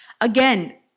Again